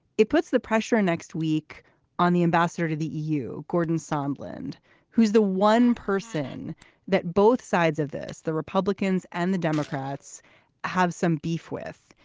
it puts the pressure next week on the ambassador to the eu. gordon sunderland who's the one person that both sides of this the republicans and the democrats have some beef with.